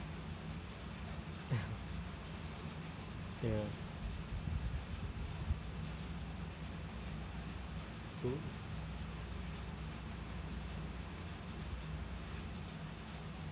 ya cool